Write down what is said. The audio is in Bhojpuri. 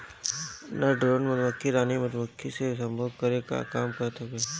नर ड्रोन मधुमक्खी रानी मधुमक्खी से सम्भोग करे कअ काम करत हवे